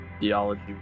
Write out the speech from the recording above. theology